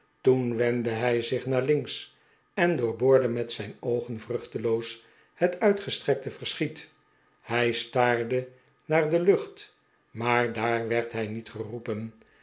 toen wendde hij zich naar links en doorboorde met zijn oogen vruchteloos het uitgestrekte verschiet hij staarde naar de lucht maar daar werd hij niet geroepen